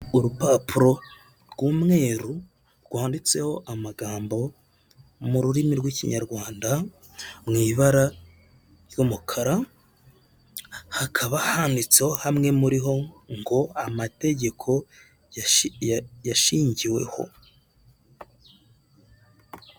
Urupapuro rw'umweru rwanditseho amagambo mu rurimi rw'ikinyarwanda, mu ibara ry'umukara, hakaba handitseho hamwe muri ho ngo amategeko yashingiweho.